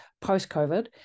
post-COVID